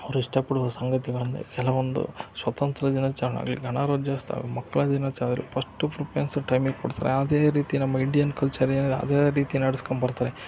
ಅವ್ರು ಇಷ್ಟಪಡೋ ಸಂಗತಿಗಳೆಂದರೆ ಕೆಲವೊಂದು ಸ್ವತಂತ್ರ ದಿನಾಚರಣೆ ಆಗಲಿ ಗಣರಾಜ್ಯೋತ್ಸವ ಮಕ್ಕಳ ದಿನಾಚರ್ ಆಗಲಿ ಫಸ್ಟು ಪ್ರಿಫರೆನ್ಸು ಟೈಮಿಗೆ ಕೊಡ್ತಾರೆ ಅದೇ ರೀತಿ ನಮ್ಮ ಇಂಡಿಯನ್ ಕಲ್ಚರ್ ಏನಿದೆ ಅದೇ ರೀತಿ ನಡ್ಸ್ಕೊಂಬರ್ತಾರೆ